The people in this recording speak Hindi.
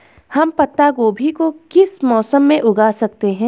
हम पत्ता गोभी को किस मौसम में उगा सकते हैं?